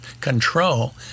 control